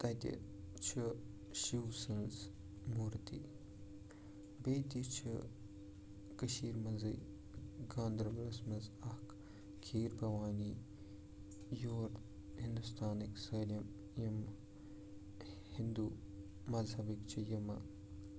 تَتہِ چھِ شِو سٕنٛز مورتی بیٚیہِ تہِ چھِ کٔشیٖرِ منٛزٕے گانٛدَربَلَس منٛز اَکھ کھیٖر بَھوانی یور ہِنٛدوستانٕکۍ سٲلِم یِم ہِنٛدو مذہَبٕکۍ چھِ یِمہٕ